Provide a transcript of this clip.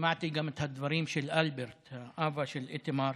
שמעתי גם את הדברים של אלברט, אבא של איתמר,